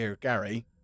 Gary